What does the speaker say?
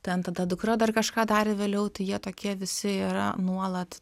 ten tada dukra dar kažką darė vėliau tai jie tokie visi yra nuolat